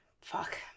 fuck